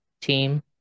team